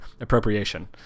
appropriation